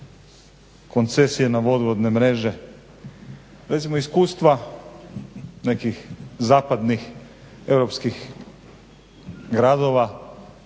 koncesije na vodovodne mreže. Recimo iz iskustva nekih zapadnih europskih gradova